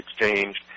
Exchange